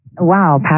Wow